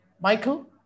Michael